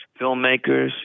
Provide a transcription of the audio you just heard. filmmakers